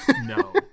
No